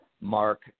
mark